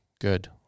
good